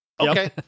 Okay